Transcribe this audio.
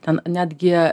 ten netgi